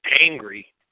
angry